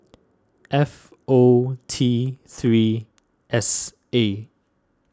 F O Tthree S A